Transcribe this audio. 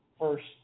first